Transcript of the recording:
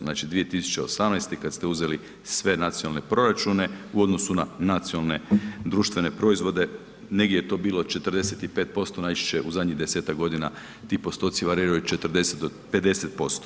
Znači, 2018. kad ste uzeli sve nacionalne proračune u odnosu na nacionalne društvene proizvode negdje je to bilo 45% najčešće u zadnjih 10-tak godina ti postoci variraju od 40 do 50%